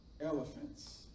elephants